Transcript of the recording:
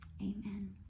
Amen